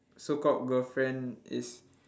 so called girlfriend is